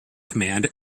command